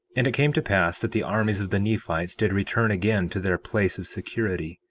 and it came to pass that the armies of the nephites did return again to their place of security.